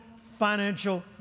financial